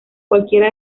cualquiera